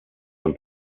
run